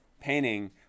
painting